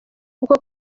uko